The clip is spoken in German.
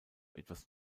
etwas